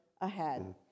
ahead